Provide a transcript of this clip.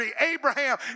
Abraham